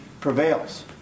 prevails